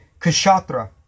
Kshatra